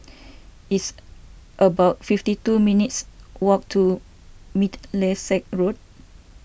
it's about fifty two minutes' walk to Middlesex Road